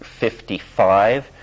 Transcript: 55